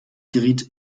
geriet